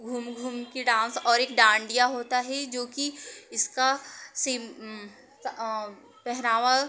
घूम घूम के डांस और एक डांडिया होता है जो कि इसका सिम अ पहनावा